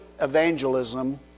Evangelism